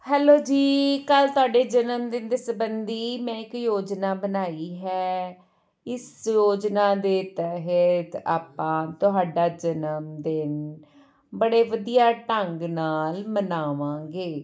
hello ਜੀ ਕੱਲ੍ਹ ਤੁਹਾਡੇ ਜਨਮਦਿਨ ਦੇ ਸੰਬੰਧੀ ਮੈਂ ਇੱਕ ਯੋਜਨਾ ਬਣਾਈ ਹੈ ਇਸ ਯੋਜਨਾ ਦੇ ਤਹਿਤ ਆਪਾਂ ਤੁਹਾਡਾ ਜਨਮਦਿਨ ਬੜੇ ਵਧੀਆ ਢੰਗ ਨਾਲ ਮਨਾਵਾਂਗੇ